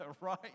right